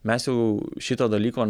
mes jau šito dalyko